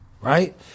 right